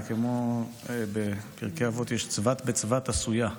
זה כמו שבפרקי אבות יש "צבת בצבת עשויה".